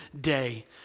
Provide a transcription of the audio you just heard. day